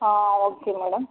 ఆ okay madam